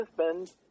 husband